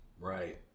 Right